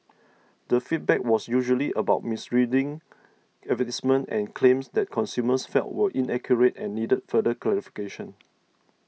the feedback was usually about misleading advertisements and claims that consumers felt were inaccurate and needed further clarification